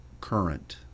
current